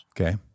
Okay